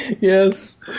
yes